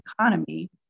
economy